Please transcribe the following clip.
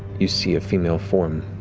you see a female form